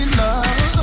love